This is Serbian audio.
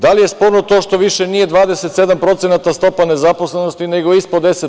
Da li je sporno to što više nije 27% stopa nezaposlenosti nego je ispod 10%